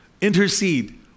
Intercede